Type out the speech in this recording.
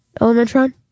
Elementron